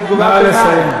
אני יושבת,